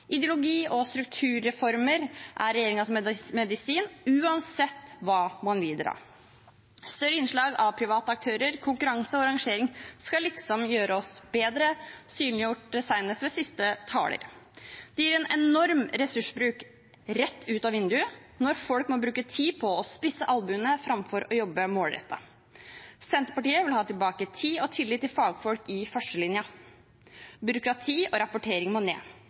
Ideologi og strukturreformer er regjeringens medisin, uansett hva man lider av. Større innslag av private aktører, konkurranse og rangering skal liksom gjøre oss bedre, synliggjort senest ved siste taler. Det gir en enorm ressursbruk rett ut av vinduet når folk må bruke tid på å spisse albuene framfor å jobbe målrettet. Senterpartiet vil ha tilbake tid og tillit til fagfolk i førstelinjen. Byråkrati og rapportering må ned.